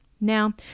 Now